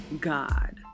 God